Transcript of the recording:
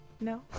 No